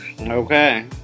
okay